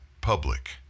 public